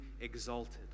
exalted